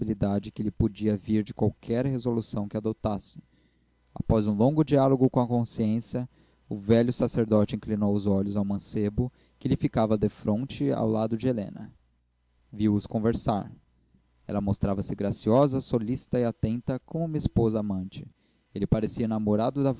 responsabilidade que lhe podia vir de qualquer resolução que adotasse após um longo diálogo com a consciência o velho sacerdote inclinou os olhos ao mancebo que lhe ficava defronte ao lado de helena viu os conversar ela mostrava-se graciosa solícita e atenta como uma esposa amante ele parecia enamorado da